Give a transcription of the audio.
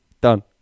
Done